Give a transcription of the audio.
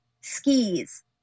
skis